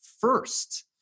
first